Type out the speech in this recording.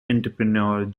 entrepreneur